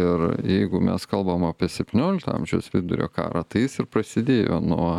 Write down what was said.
ir jeigu mes kalbam apie septyniolikto amžiaus vidurio karą tai jis ir prasidėjo nuo